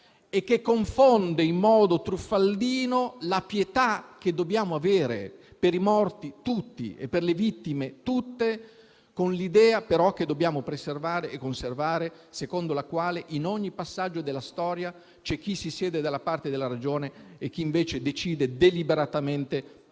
e che confonde in modo truffaldino la pietà che dobbiamo avere per i morti, tutti, e le vittime, tutte, con l'idea però che dobbiamo preservare e conservare, secondo la quale in ogni passaggio della storia c'è chi si siede dalla parte della ragione e chi invece decide deliberatamente di